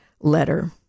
letter